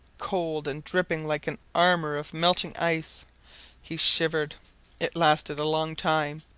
cold and dripping like an armour of melting ice he shivered it lasted a long time